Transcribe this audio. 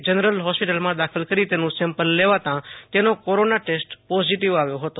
general હોસ્પિટલમાં દાખલ કરી તેનું સેમ્પલલેવાતા તેનો કોરોના ટેસ્ટ પોઝીટીવ આવ્યો હતો